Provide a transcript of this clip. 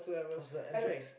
cause the entrance is